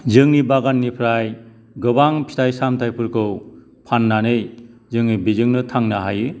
जोंनि बागाननिफ्राय गोबां फिथाय सामथायफोरखौ फाननानै जोङो बेजोंनो थांनो हायो